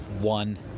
one